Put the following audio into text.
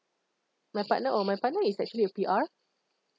my partner oh my partner is actually a P_R